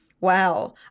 wow